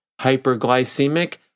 Hyperglycemic